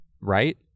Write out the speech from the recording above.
right